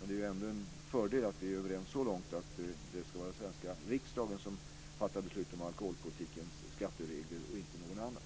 men det är ändå en fördel att vi är överens om att det är den svenska riksdagen som fattar beslut om alkoholpolitikens skatteregler och inte någon annan.